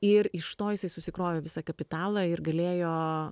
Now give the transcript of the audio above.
ir iš to jisai susikrovė visą kapitalą ir galėjo